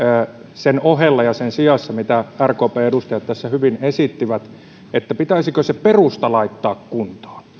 sen ohella ja sen sijassa mitä rkpn edustajat tässä hyvin esittivät että pitäisikö se perusta laittaa kuntoon